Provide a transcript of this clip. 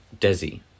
Desi